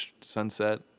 Sunset